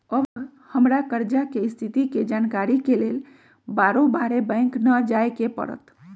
अब हमरा कर्जा के स्थिति के जानकारी लेल बारोबारे बैंक न जाय के परत्